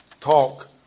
talk